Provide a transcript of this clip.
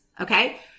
okay